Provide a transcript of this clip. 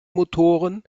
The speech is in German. motoren